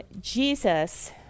jesus